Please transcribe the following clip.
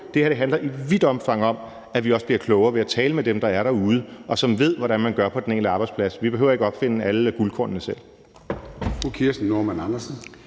det her handler i vidt omfang om, at vi også bliver klogere ved at tale med dem, der er derude, og som ved, hvordan man gør på den enkelte arbejdsplads. Vi behøver ikke opfinde alle guldkornene selv.